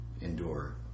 endure